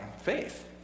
faith